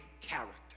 character